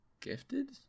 Gifted